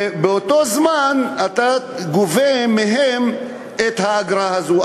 ובאותו זמן אתה גובה מהם את האגרה הזאת,